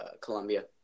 Colombia